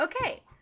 Okay